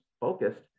focused